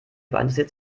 interessiert